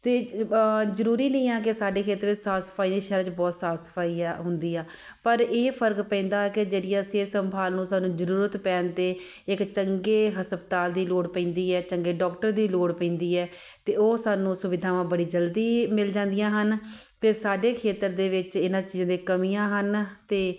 ਅਤੇ ਜ਼ਰੂਰੀ ਨਹੀਂ ਆ ਕਿ ਸਾਡੇ ਖੇਤਰ ਵਿੱਚ ਸਾਫ਼ ਸਫਾਈ ਜਾਂ ਸ਼ਹਿਰਾਂ 'ਚ ਬਹੁਤ ਸਾਫ਼ ਸਫਾਈ ਆ ਹੁੰਦੀ ਆ ਪਰ ਇਹ ਫ਼ਰਕ ਪੈਂਦਾ ਕਿ ਜਿਹੜੀਆਂ ਸਿਹਤ ਸੰਭਾਲ ਨੂੰ ਸਾਨੂੰ ਜ਼ਰੂਰਤ ਪੈਣ 'ਤੇ ਇੱਕ ਚੰਗੇ ਹਸਪਤਾਲ ਦੀ ਲੋੜ ਪੈਂਦੀ ਹੈ ਚੰਗੇ ਡੌਕਟਰ ਦੀ ਲੋੜ ਪੈਂਦੀ ਹੈ ਤਾਂ ਉਹ ਸਾਨੂੰ ਸੁਵਿਧਾਵਾਂ ਬੜੀ ਜਲਦੀ ਮਿਲ ਜਾਂਦੀਆਂ ਹਨ ਅਤੇ ਸਾਡੇ ਖੇਤਰ ਦੇ ਵਿੱਚ ਇਹਨਾਂ ਚੀਜ਼ਾਂ ਦੀਆਂ ਕਮੀਆਂ ਹਨ ਅਤੇ